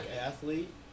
athlete